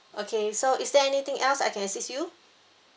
okay so is there anything else I can assist you